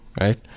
Right